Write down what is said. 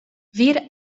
wir